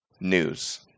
news